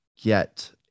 get